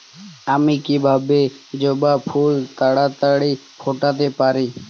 আমি কিভাবে জবা ফুল তাড়াতাড়ি ফোটাতে পারি?